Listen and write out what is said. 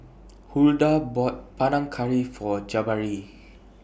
Huldah bought Panang Curry For Jabari